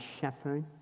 shepherd